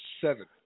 seven